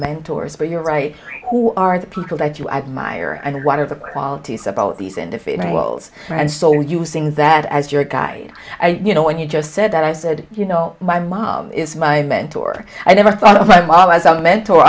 mentors but you're right who are the people that you admire and what are the qualities about these individuals and so using that as your guide you know when you just said that i was a you know my mom is my mentor i never thought of my mom as a ment